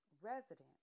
resident